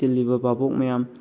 ꯇꯤꯜꯂꯤꯕ ꯕꯥꯕꯣꯛ ꯃꯌꯥꯝ